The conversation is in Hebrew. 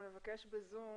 נבקש להעלות ב-זום